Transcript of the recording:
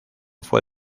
fue